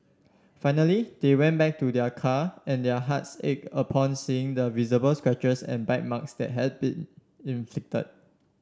finally they went back to their car and their hearts ach upon seeing the visible scratches and bite marks that had been inflicted